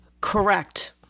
correct